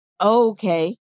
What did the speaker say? Okay